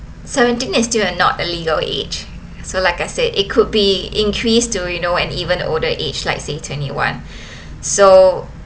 seventeen is still not a legal age so like I said it could be increased to you know an even older age like say twenty one so